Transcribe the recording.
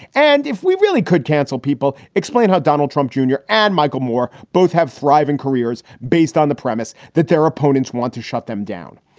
and if we really could cancel people explain how donald trump junior and michael moore both have thriving careers based on the premise that their opponents want to shut them down.